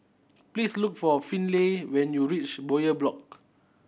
please look for Finley when you reach Bowyer Block